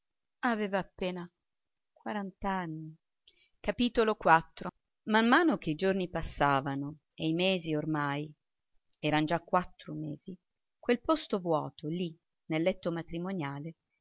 aveva appena quarant'anni man mano che i giorni passavano e i mesi ormai eran già quattro mesi quel posto vuoto lì nel letto matrimoniale